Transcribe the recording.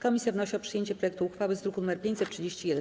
Komisja wnosi o przyjęcie projektu uchwały z druku nr 531.